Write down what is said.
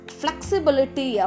flexibility